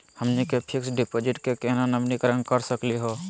हमनी के fix deposit क केना नवीनीकरण करा सकली हो?